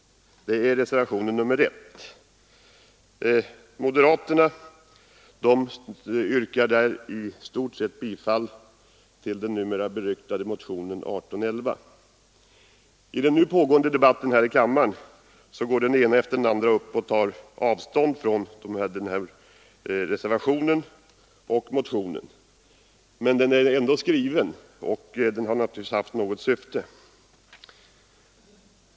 Jag tänker på reservationen 1. Moderaterna i utskottet yrkar där i stort sett bifall till den numera beryktade motionen 1811. I den pågående debatten här i kammaren tar den ene efter den andre avstånd från reservationen och motionen, men motionen är ändå skriven, och den har naturligtvis haft något syfte.